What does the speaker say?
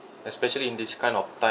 especially in this kind of time